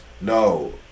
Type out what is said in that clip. no